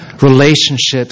relationships